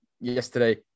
yesterday